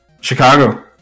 Chicago